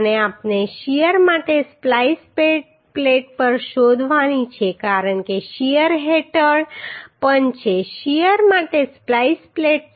અને આપણે શીયર માટે સ્પ્લાઈસ પ્લેટ પણ શોધવાની છે કારણ કે તે શીયર હેઠળ પણ છે શીયર માટે સ્પ્લાઈસ પ્લેટ